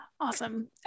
Awesome